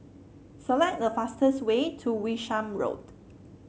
select the fastest way to Wishart Road